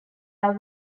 are